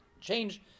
change